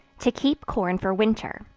to keep corn for winter.